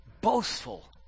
Boastful